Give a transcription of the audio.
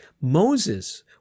Moses